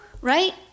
right